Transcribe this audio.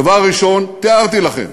הדבר הראשון, תיארתי לכם,